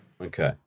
Okay